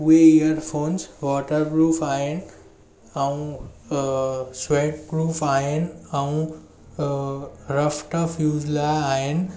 उहे earphones waterproof आहिनि ऐं अ स्वेटप्रूफ आहिनि ऐं रफ टफ यूज़ लाइ आहिनि